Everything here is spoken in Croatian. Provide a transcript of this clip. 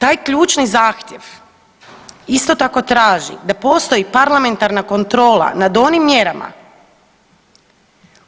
Taj ključni zahtjev isto tako traži da postoji parlamentarna kontrola nad onim mjerama